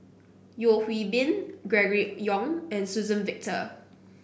Yeo Hwee Bin Gregory Yong and Suzann Victor